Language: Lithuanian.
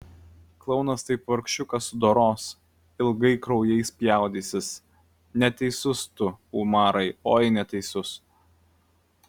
klounas taip vargšiuką sudoros ilgai kraujais spjaudysis neteisus tu umarai oi neteisus